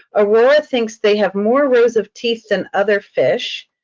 aurora thinks they have more rows of teeth than other fish.